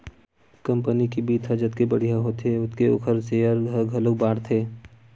company के बित्त ह जतके बड़िहा होथे ओतके ओखर सेयर ह घलोक बाड़थे